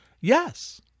Yes